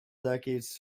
decades